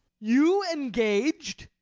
you engaged?